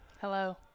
Hello